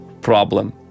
problem